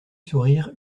sourire